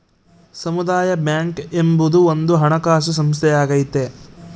ಸಮುದಾಯ ಬ್ಯಾಂಕ್ ಎಂಬುದು ಒಂದು ಹಣಕಾಸು ಸಂಸ್ಥೆಯಾಗೈತೆ